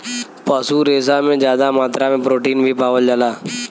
पशु रेसा में जादा मात्रा में प्रोटीन भी पावल जाला